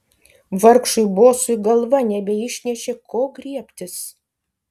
vargšui bosui galva nebeišnešė ko griebtis